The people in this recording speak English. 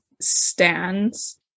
stands